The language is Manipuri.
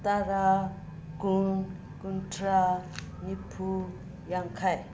ꯇꯔꯥ ꯀꯨꯟ ꯀꯨꯟꯊ꯭ꯔꯥ ꯅꯤꯐꯨ ꯌꯥꯡꯈꯩ